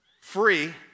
free